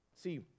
See